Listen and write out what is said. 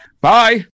Bye